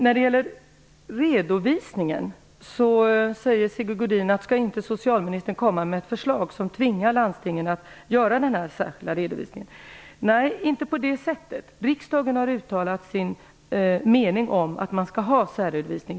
När det gäller redovisningen frågade Sigge Godin om socialministern inte skall komma med förslag som tvingar landstingen att göra en särredovisning. Nej, inte på det sättet. Riksdagen har uttalat sin mening om att man skall ha särredovisning.